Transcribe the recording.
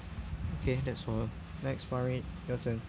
okay that's all next farid your turn